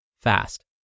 fast